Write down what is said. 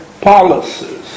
Policies